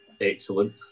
excellent